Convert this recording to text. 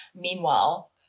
Meanwhile